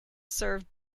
served